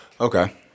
Okay